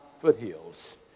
foothills